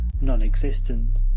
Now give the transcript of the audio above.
non-existent